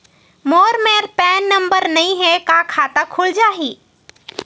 मोर मेर PAN number नई हे का खाता खुल जाही?